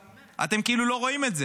אתם כאילו לא רואים את זה.